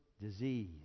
disease